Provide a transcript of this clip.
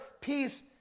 peace